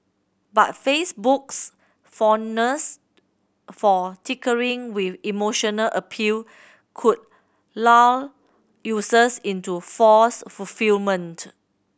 but Facebook's fondness for tinkering with emotional appeal could lull users into false fulfilment